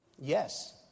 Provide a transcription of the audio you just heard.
Yes